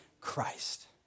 Christ